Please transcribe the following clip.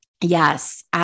Yes